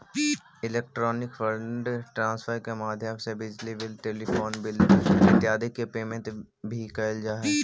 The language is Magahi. इलेक्ट्रॉनिक फंड ट्रांसफर के माध्यम से बिजली बिल टेलीफोन बिल इत्यादि के पेमेंट भी कैल जा हइ